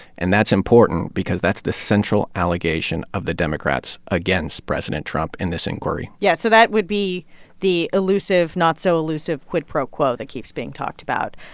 and that's important because that's the central allegation of the democrats against president trump in this inquiry yeah. so that would be the elusive, not so elusive quid pro quo that keeps being talked about.